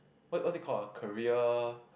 what what's it call ah career